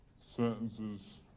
sentences